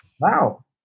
Wow